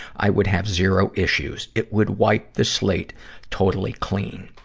i would have zero issues. it would wipe the slate totally clean.